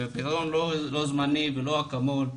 ולא פתרון זמני ולא אקמול,